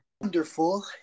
wonderful